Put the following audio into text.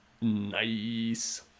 Nice